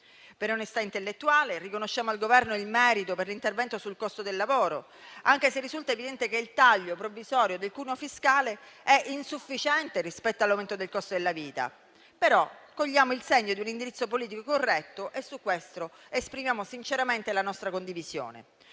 Per onestà intellettuale, riconosciamo al Governo il merito per l'intervento sul costo del lavoro, anche se risulta evidente che il taglio provvisorio del cuneo fiscale è insufficiente rispetto all'aumento del costo della vita. Però, cogliamo il segno di un indirizzo politico corretto e su questo esprimiamo sinceramente la nostra condivisione.